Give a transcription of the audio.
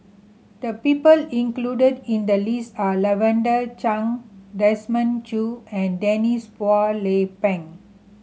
the people included in the list are Lavender Chang Desmond Choo and Denise Phua Lay Peng